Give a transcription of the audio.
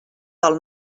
del